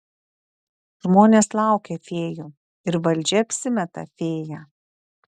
žmonės laukia fėjų ir valdžia apsimeta fėja